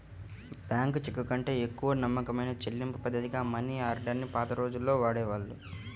bank చెక్కుకంటే ఎక్కువ నమ్మకమైన చెల్లింపుపద్ధతిగా మనియార్డర్ ని పాత రోజుల్లో వాడేవాళ్ళు